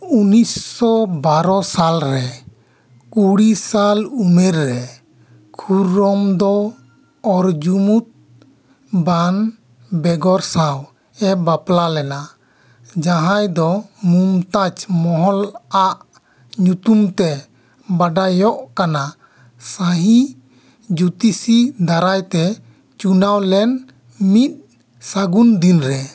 ᱩᱱᱤᱥᱥᱚ ᱵᱟᱨᱳ ᱥᱟᱞ ᱨᱮ ᱠᱩᱲᱤ ᱥᱟᱞ ᱩᱢᱮᱨ ᱨᱮ ᱠᱷᱩᱨᱨᱚᱢ ᱫᱚ ᱚᱨᱡᱩᱢᱚᱸᱫᱽ ᱵᱟᱱ ᱵᱮᱜᱚᱨ ᱥᱟᱶ ᱮ ᱵᱟᱯᱞᱟ ᱞᱮᱱᱟ ᱡᱟᱦᱟᱸᱭ ᱫᱚ ᱢᱩᱢᱛᱟᱡᱽ ᱢᱚᱦᱚᱞᱟᱜ ᱧᱩᱛᱩᱢᱛᱮ ᱵᱟᱰᱟᱭᱚᱜ ᱠᱟᱱᱟ ᱥᱟᱹᱦᱤ ᱡᱚᱛᱤᱥᱤ ᱫᱟᱨᱟᱭᱛᱮ ᱪᱩᱱᱟᱹᱣ ᱞᱮᱱ ᱢᱤᱫ ᱥᱟᱹᱜᱩᱱ ᱫᱤᱱ ᱨᱮ